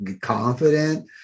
confident